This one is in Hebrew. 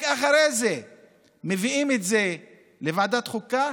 רק אחרי זה מביאים את זה לוועדת חוקה,